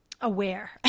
aware